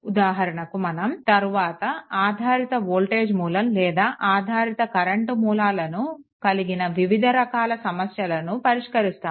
ఉదాహరణకు మనం తరువాత ఆధారిత వోల్టేజ్ మూలం లేదా ఆధారిత కరెంట్ మూలాలను కలిగిన వివిధ రకాల సమస్యలను పరిష్కరిస్తాము